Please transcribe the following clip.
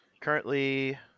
Currently